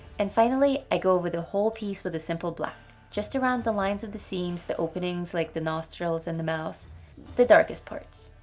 and finally, i go over the whole piece with a simple black just around the lines of the seams, the openings like the nostrils and the mouth the darkest parts.